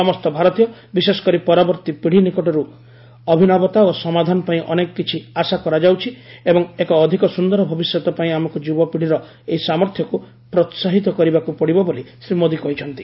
ସମସ୍ତ ଭାରତୀୟ ବିଶେଷକରି ପରବର୍ଉୀ ପିତ୍ନୀ ନିକଟରୁ ଅଭିନବତା ଓ ସମାଧାନ ପାଇଁ ଅନେକ କିଛି ଆଶା କରାଯାଉଛି ଏବଂ ଏକ ଅଧିକ ସୁନ୍ଦର ଭବିଷ୍ୟତ ପାଇଁ ଆମକୁ ଯୁବାପିତ଼୍ୀର ଏହି ସାମର୍ଥ୍ୟକୁ ପ୍ରୋସାହିକ କରିବାକୁ ପଡିବ ବୋଲି ଶ୍ରୀ ମୋଦି କହିଛନ୍ତି